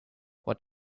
what